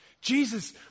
Jesus